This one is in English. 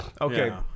okay